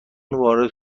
وارد